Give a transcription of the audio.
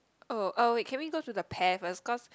oh uh wait can we go to the pear first cause